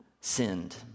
sinned